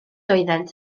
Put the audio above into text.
oeddent